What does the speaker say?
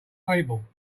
people